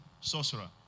Sorcerer